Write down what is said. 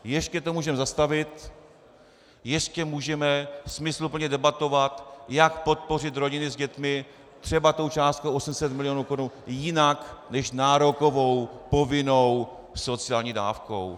Ještě to můžeme zastavit, ještě můžeme smysluplně debatovat, jak podpořit rodiny s dětmi třeba tou částkou 800 mil. korun jinak než nárokovou, povinnou sociální dávkou.